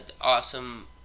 Awesome